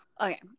Okay